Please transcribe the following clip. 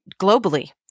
globally